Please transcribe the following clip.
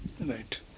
Right